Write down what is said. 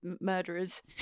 murderers